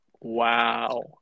Wow